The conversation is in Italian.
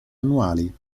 annuali